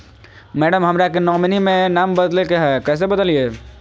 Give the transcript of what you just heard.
madam, हमरा के nominee में नाम बदले के हैं, कैसे बदलिए